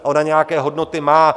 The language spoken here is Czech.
Ona nějaké hodnoty má.